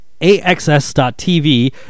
AXS.TV